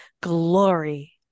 glory